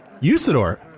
Usador